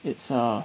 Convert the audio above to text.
it's ah